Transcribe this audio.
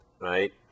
right